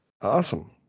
awesome